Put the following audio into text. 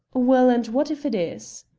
well, and what if it is?